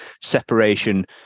separation